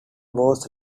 was